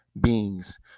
beings